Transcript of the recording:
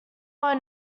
were